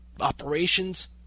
operations